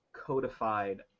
codified